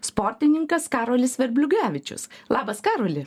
sportininkas karolis verbliugevičius labas karoli